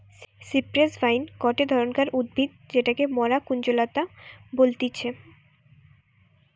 cypress vine গটে ধরণকার উদ্ভিদ যেটাকে মরা কুঞ্জলতা বলতিছে